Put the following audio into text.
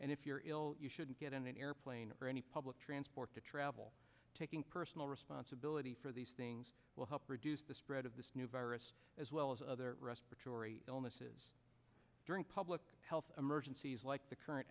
and if you're ill you shouldn't get on an airplane or any public transport to travel taking personal responsibility for these things will help reduce the spread of this new virus as well as other respiratory illnesses during public health emergencies like the current